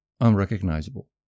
unrecognizable